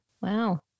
Wow